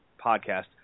podcast